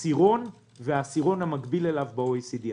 עשירון והעשירון המקביל אליו ב-OECD.